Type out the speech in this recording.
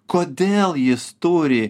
kodėl jis turi